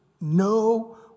no